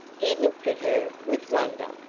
he looked at her with wonder.